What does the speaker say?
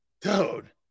Dude